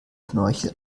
schnorchel